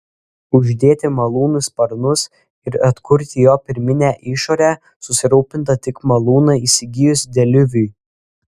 uždėti malūnui sparnus ir atkurti jo pirminę išorę susirūpinta tik malūną įsigijus deliuviui